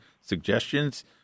suggestions